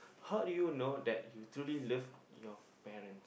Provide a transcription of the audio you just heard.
how do you know that you truly love your parents